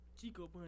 chico